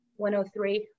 103